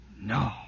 No